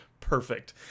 perfect